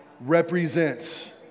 represents